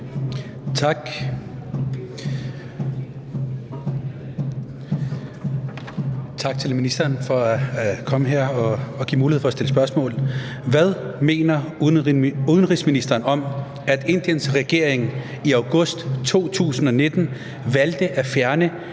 Tak, og tak til ministeren for at komme her og give mulighed for at stille spørgsmål. Hvad mener udenrigsministeren om at Indiens regering i august 2019 valgte at fjerne